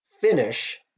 Finish